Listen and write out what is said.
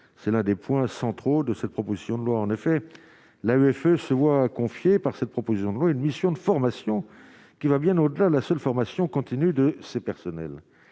c'est l'un des points centraux de cette proposition de loi, en effet, l'avait fait, se voit confier par cette proposition de loi, une mission de formation qui va bien au-delà de la seule formation continue de ces personnels,